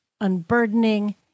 unburdening